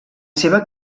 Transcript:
seva